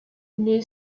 new